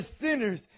sinners